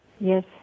Yes